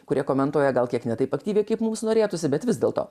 kurie komentuoja gal kiek ne taip aktyviai kaip mums norėtųsi bet vis dėlto